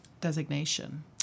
designation